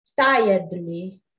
tiredly